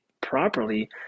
properly